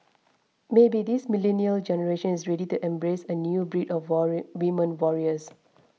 maybe this millennial generation is ready to embrace a new breed of worry women warriors